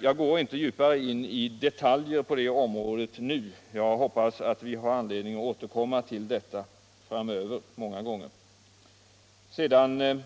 Jag går inte djupare in i detalj på det området nu — jag hoppas vi får anledning att återkomma många gånger framöver. Sedan